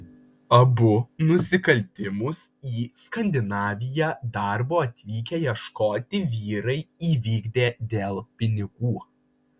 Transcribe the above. abu nusikaltimus į skandinaviją darbo atvykę ieškoti vyrai įvykdė dėl pinigų